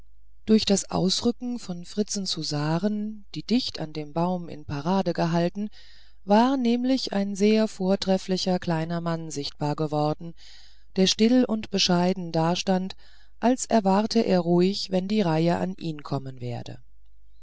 durch das ausrücken von fritzens husaren die dicht an dem baum in parade gehalten war nämlich ein sehr vortrefflicher kleiner mann sichtbar geworden der still und bescheiden dastand als erwarte er ruhig wenn die reihe an ihn kommen werde